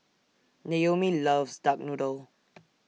Naomi loves Duck Noodle